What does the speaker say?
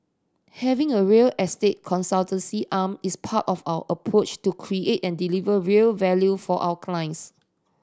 having a real estate consultancy arm is part of our approach to create and deliver real value for our clients